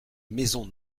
maison